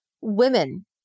Women